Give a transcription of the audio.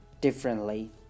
differently